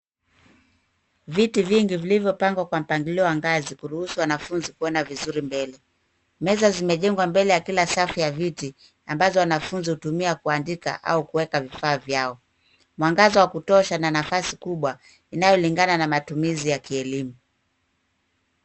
Viti vingi vilivyopangwa kwa mpangilio wa ngazi kuruhusu wanafunzi kuona vizuri mbele. Meza zimejengwa mbele ya kila safu za viti, ambazo wanafunzi hutumia kuandika, au kuweka vifaa vyao. Mwangaza wa kutosha, na nafasi kubwa inayolingana na matumizi ya kielemu.